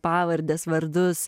pavardes vardus